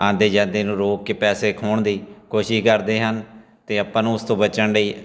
ਆਉਂਦੇ ਜਾਂਦੇ ਨੂੰ ਰੋਕ ਕੇ ਪੈਸੇ ਖੋਹਣ ਦੀ ਕੋਸ਼ਿਸ਼ ਕਰਦੇ ਹਨ ਅਤੇ ਆਪਾਂ ਨੂੰ ਉਸ ਤੋਂ ਬਚਣ ਲਈ